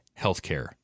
healthcare